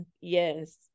Yes